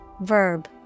Verb